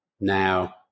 Now